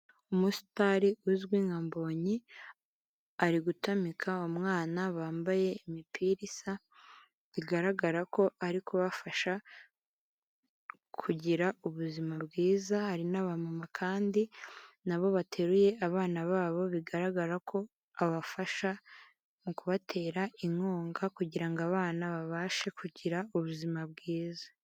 Umusitari uzwi nka mbonyi, ari gutamika umwana bambaye imipira isa, bigaragara ko ari kubafasha kugira ubuzima bwiza, hari n'abamama kandi na bo bateruye abana babo, bigaragara ko abafasha, mu kubatera inkunga kugira ngo abana babashe kugira ubuzima bwiza.